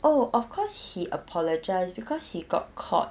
oh of course he apologized because he got caught